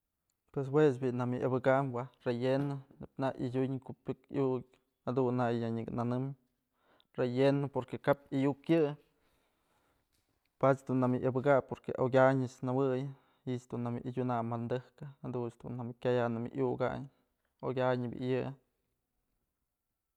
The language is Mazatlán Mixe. Pues juech bi'i jawë abëkam waj relleno, nebya nak adyunën ko'o pyëk iukë jadun nak ya nyëka nënëm relleno porque kap ayu'uk yë padyë dun jawë abëkayn porque okyanëch jawëy ji'ich dun jawë adyunay më tëjkën jadun dun jawë kyayan jawë iukan okyanë bi'i yë.